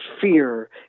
fear